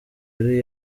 ari